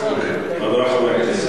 חבר הכנסת אורי אריאל,